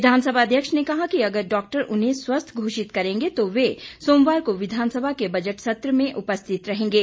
विधानसभा अध्यक्ष ने कहा कि अगर डॉक्टर उन्हें स्वस्थ्य घोषित करेंगे तो वे सोमवार को विधानसभा के बजट सत्र में उपस्थित रहेंगे